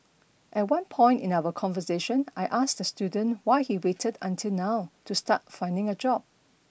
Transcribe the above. at one point in our conversation I asked the student why he waited until now to start finding a job